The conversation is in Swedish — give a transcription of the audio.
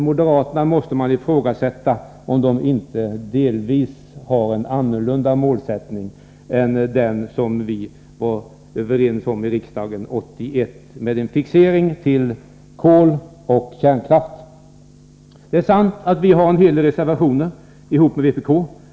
Man måste ifrågasätta om inte moderaterna delvis har en annan målsättning än den som vi var överens om i riksdagen 1981 med sin fixering vid kol och kärnkraft. Det är sant att vi har en hel del reservationer ihop med vpk.